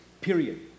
period